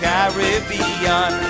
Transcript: Caribbean